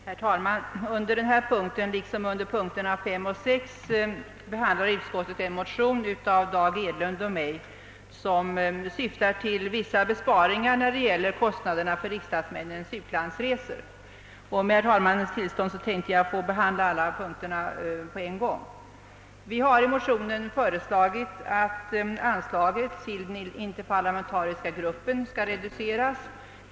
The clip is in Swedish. Herr talman! Under denna punkt liksom under punkterna 5 och 6 behandlar utskottet en motion, II: 550 av Dag Edlund och mig, som syftar till vissa besparingar när det gäller kostnaderna för riksdagsmännens utlandsresor. Med herr talmannens tillstånd avser jag att behandla alla punkterna på en gång. Vi har i motionen föreslagit att anslaget till interparlamentariska gruppen skall reduceras.